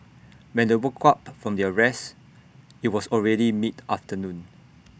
when they woke up from their rest IT was already mid afternoon